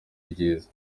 ryiza